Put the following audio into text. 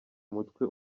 umutwe